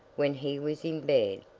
when he was in bed.